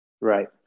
Right